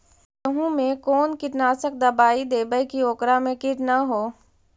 गेहूं में कोन कीटनाशक दबाइ देबै कि ओकरा मे किट न हो?